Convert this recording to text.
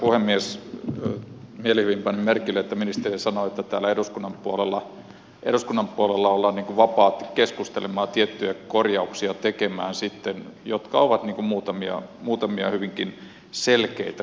mielihyvin panin merkille sen kun ministeri sanoi että täällä eduskunnan puolella ollaan vapaat keskustelemaan ja tiettyjä korjauksia tekemään sillä muutamat ovat hyvinkin selkeitä korjaustarpeita